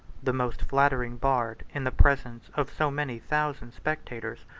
the most flattering bard, in the presence of so many thousand spectators,